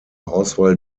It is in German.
auswahl